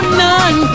none